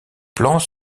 plans